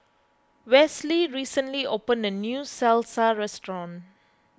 Westley recently opened a new Salsa restaurant